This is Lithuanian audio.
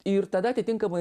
ir tada atitinkamai